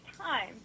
time